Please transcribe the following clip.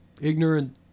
ignorant